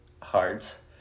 hearts